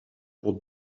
pour